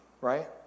right